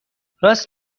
راست